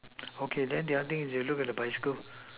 okay then the other thing is that you look at the bicycle